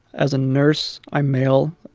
as a nurse, i'm male,